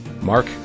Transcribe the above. Mark